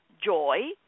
joy